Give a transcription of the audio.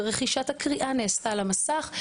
ורכישת הקריאה נעשתה על המסך,